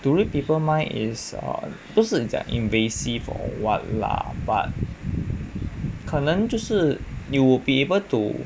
to read people mind is err 不是讲 invasive or what lah but 可能就是 you would be able to